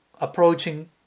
approaching